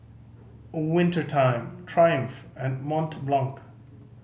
Winter Time Triumph and Mont Blanc